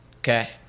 Okay